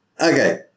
Okay